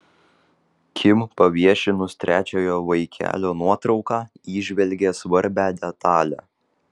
kim paviešinus trečiojo vaikelio nuotrauką įžvelgė svarbią detalę